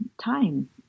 time